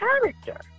character